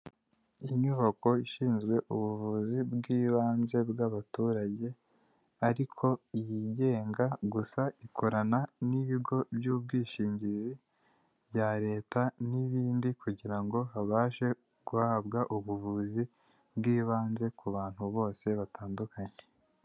Inyubako ishinzwe ubuvuzi bw'ibanze bw'abaturage ariko yigenga, gusa ikorana n'ibigo by'ubwishingizi bya leta n'ibindi kugira ngo habashe guhabwa ubuvuzi bw'ibanze ku bantu bose batandukanye.